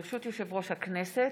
ברשות יושב-ראש הכנסת,